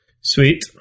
Sweet